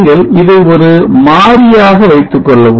நீங்கள் இதை ஒரு மாறியாக வைத்துக் கொள்ளவும்